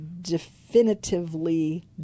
definitively